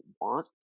want